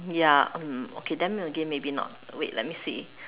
ya um okay then again maybe not wait let me see